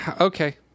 okay